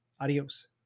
Adios